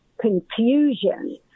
confusion